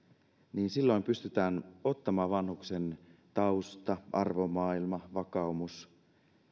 niin silloin pystytään ottamaan vanhuksen tausta arvomaailma vakaumus